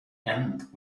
and